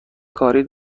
کاری